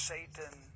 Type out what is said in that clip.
Satan